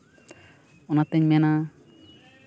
ᱚᱱᱟᱛᱤᱧ ᱢᱮᱱᱟ